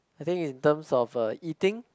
I think in term of uh eating